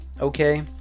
okay